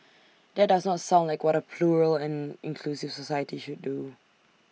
that does not sound like what A plural and inclusive society should do